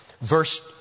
Verse